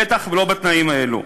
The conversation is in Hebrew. בטח לא בתנאים האלה.